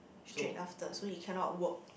straight after so he cannot work